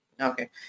okay